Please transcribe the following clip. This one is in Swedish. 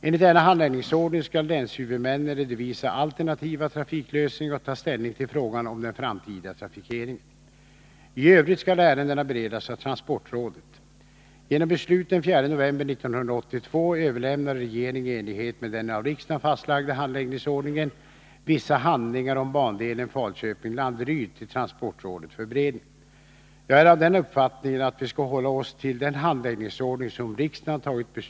Enligt denna handläggningsordning skall länshuvudmännen redovisa alternativa trafiklösningar och ta ställning till frågan om den framtida trafikeringen. I övrigt skall ärendena beredas av transportrådet. bandelen Falköping-Landeryd till transportrådet för beredning. 7 december 1982 Jag är av den uppfattningen att vi skall hålla oss till den handläggnings